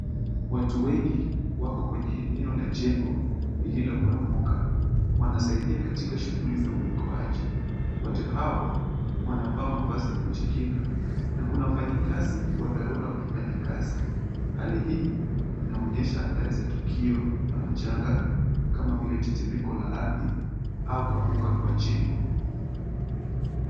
Watu wengi wako kwenye eneo la jengo lililoporomoka. Wanasaidia katika shughuli za uokoaji. Watu hao wanavaa mavazi ya kujikinga na kuna wafanyikazi wa dharura wakifanya kazi. Hali hii inaonyesha athari za tukio ama janga kama vile tetemeko la ardhi au kuanguka kwa jengo.